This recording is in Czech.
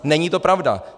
Není to pravda.